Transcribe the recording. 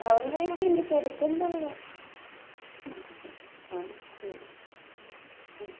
അവൾ ദേ ഇവിടെയുണ്ട് കിടക്കണുണ്ടവൾ ആ ശരി ആ